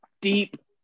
deep